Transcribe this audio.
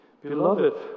Beloved